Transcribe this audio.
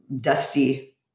dusty